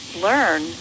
learn